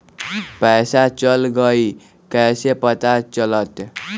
पैसा चल गयी कैसे पता चलत?